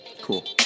Cool